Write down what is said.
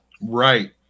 Right